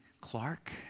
Clark